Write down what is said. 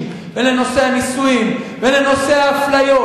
ולנושא הנישואין ולנושא האפליות,